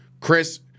Chris